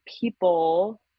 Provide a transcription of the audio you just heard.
people